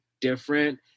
different